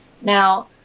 Now